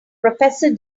professor